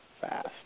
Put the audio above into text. fast